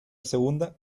segunda